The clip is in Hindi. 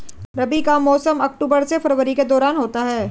रबी का मौसम अक्टूबर से फरवरी के दौरान होता है